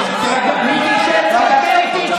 להביע את הדברים,